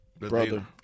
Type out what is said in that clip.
brother